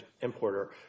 importer